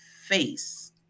face